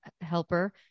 helper